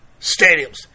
stadiums